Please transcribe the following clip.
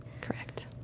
Correct